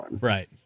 right